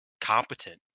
competent